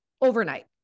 overnight